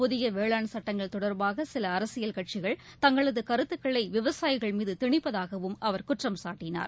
புதிய வேளாண் சட்டங்கள் தொடர்பாக் சில அரசியல் கட்சிகள் தங்களது கருத்துக்களை விவசாயிகள் மீது திணிப்பதாகவும் அவர் குற்றம் சாட்டினார்